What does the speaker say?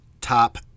top